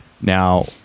Now